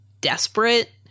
desperate